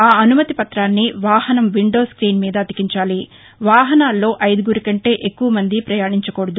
ఆ అనుమతి పత్రాన్ని వాహనం విండో స్క్వీన్ మీద అతికించాలివాహనాల్లో ఐదుగురు కంటే ఎక్కువ మంది పయాణించకూడదు